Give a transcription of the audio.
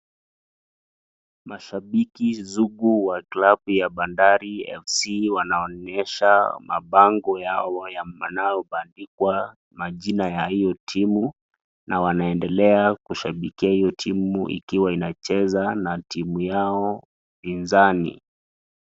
Mashabiki sugu wa klabu wa bandari wanaonyesha mapango yao ya wanaoandikwa majina ya hiyo timu na wanaendelea kushabikia hiyo timu ikiwa inacheza na timu yao pinzani.